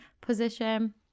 position